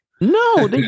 No